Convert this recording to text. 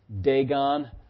Dagon